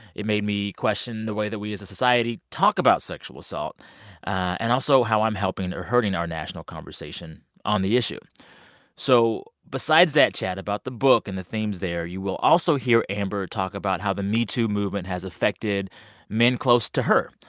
it made me question the way that we as a society talk about sexual assault and also how i'm helping or hurting our national conversation on the issue so besides that chat about the book and the themes there, you will also hear amber talk about how the metoo movement has affected men close to her.